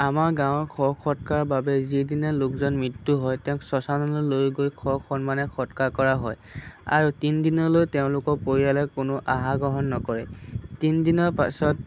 আমাৰ গাঁৱৰ শ সৎকাৰৰ বাবে যিদিনা লোকজন মৃত্যু হয় তেওঁক ছছানলৈ লৈ গৈ স সন্মানেৰে সৎকাৰ কৰা হয় আৰু তিনি দিনলৈ তেওঁলোকৰ পৰিয়ালে কোনো আহাৰ গ্ৰহণ নকৰে তিনি দিনৰ পাছত